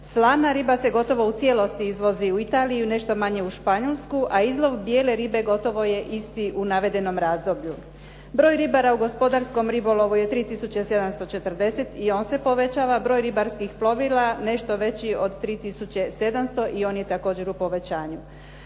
Slana riba se gotovo u cijelosti izvozi u Italiji, nešto manje u Španjolsku, a izlov bijele ribe gotovo je isti u navedenom razdoblju. Broj ribara u gospodarskom ribolovu je 3740 i on se povećava, broj ribarskih plovila nešto veći od 3700 i on je također u povećanju.